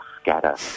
scatter